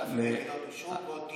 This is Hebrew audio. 9,000 יחידות אישרו ועוד תשעה יישובים,